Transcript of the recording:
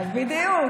בדיוק.